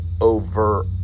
over